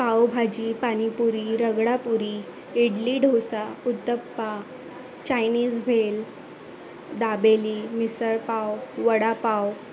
pav bhaji panipuri ragda puri idli dosa uttapam Chinese bhel dabeli misal pav vada pav